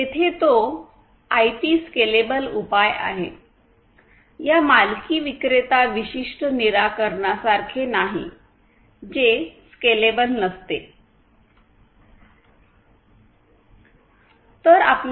तेथे तो IP scalable उपाय आहे या मालकी विक्रेता विशिष्ट निराकरणासारखे नाही जे स्केलेबल नसते